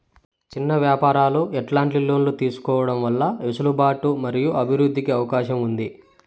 చిన్న వ్యాపారాలు ఎట్లాంటి లోన్లు తీసుకోవడం వల్ల వెసులుబాటు మరియు అభివృద్ధి కి అవకాశం ఉంది?